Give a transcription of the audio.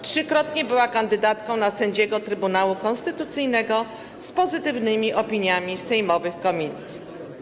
Trzykrotnie była kandydatką na sędziego Trybunału Konstytucyjnego z pozytywnymi opiniami sejmowych komisji.